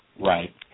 Right